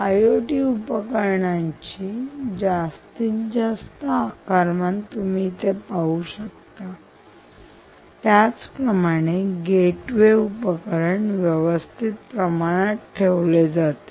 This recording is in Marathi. आयओटी उपकरणाची जास्तीत जास्त आकारमान तुम्ही पाहू शकता त्याचप्रमाणे गेटवे उपकरण व्यवस्थित प्रमाणात ठेवले जाते